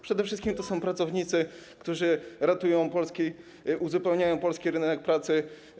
Przede wszystkim to są pracownicy, którzy ratują, uzupełniają polski rynek pracy.